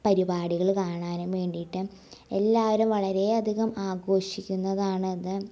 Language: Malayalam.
പരിപാടികൾ കാണാനും വേണ്ടീട്ട് എല്ലാവരും വളരെയധികം ആഘോഷിക്കുന്നതാണത്